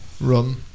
run